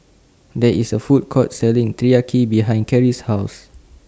There IS A Food Court Selling Teriyaki behind Kerrie's House